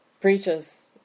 preaches